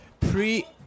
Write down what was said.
pre